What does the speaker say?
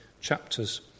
chapters